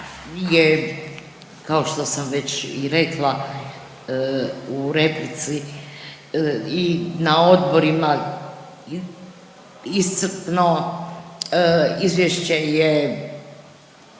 je, kao što sam već i rekla u replici i na odborima iscrpno izvješće je